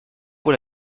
pour